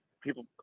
people